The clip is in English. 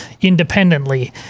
independently